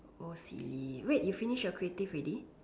oh silly wait you finish your creative already